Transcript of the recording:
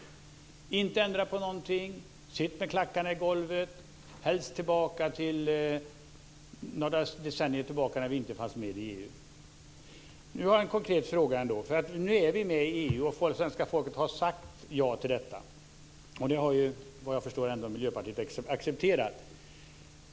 Man ska inte ändra på någonting, sätta klackarna i marken och helst gå tillbaka ett par decennier i tiden när vi inte var med i EU. Nu har jag en konkret fråga. Nu är vi med i EU, och svenska folket har sagt ja till detta. Det har, vad jag förstår, Miljöpartiet ändå accepterat.